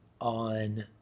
on